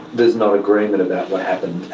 there is no agreement about what happened